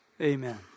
Amen